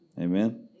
Amen